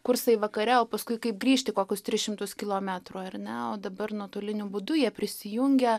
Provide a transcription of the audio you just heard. kursai vakare o paskui kaip grįžti kokius tris šimtus kilometrų ar ne o dabar nuotoliniu būdu jie prisijungia